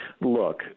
Look